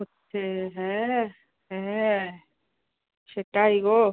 হচ্ছে হ্যাঁ হ্যাঁ সেটাই গো